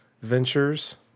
ventures